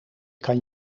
kan